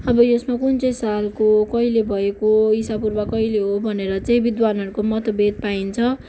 अब यसमा कुन चाहिँ सालको हो कहिले भएको हो ईसा पूर्व कहिले हो भनेर चाहिँ विद्वानहरूको मतभेद पाइन्छ